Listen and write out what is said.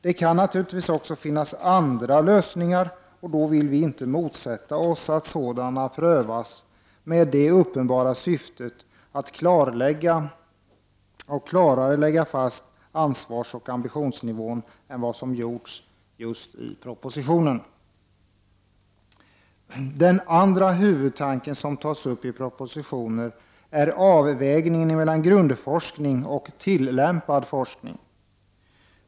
Det kan naturligtvis också finnas andra lösningar, och då vill vi inte motsätta oss att sådana prövas, med det uppenbara syftet att klarare lägga fast ansvarsoch ambitionsnivån än vad som gjorts i propositionen. Den andra huvudtanken som tas upp i propositionen är avvägningen mellan grundforskning och tillämpad forskning.